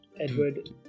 Edward